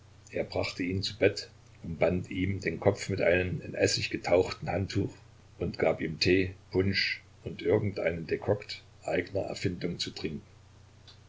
er brachte ihn zu bett umband ihm den kopf mit einem in essig getauchten handtuch und gab ihm tee punsch und irgend einen dekokt eigener erfindung zu trinken